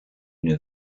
une